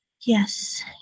Yes